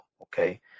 okay